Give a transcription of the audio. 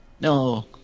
No